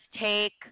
take